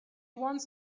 wants